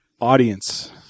Audience